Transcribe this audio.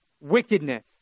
wickedness